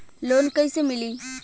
Loan कइसे मिलि?